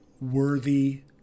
worthy